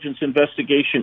investigation